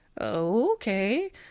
Okay